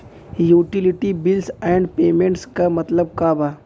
Utility bills and payments क मतलब का बा?